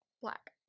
Black